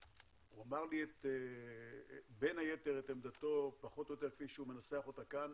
הוא אמר לי בין היתר את עמדתו פחות או יותר כפי שהוא מנסח אותה כאן,